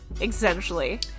essentially